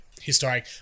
historic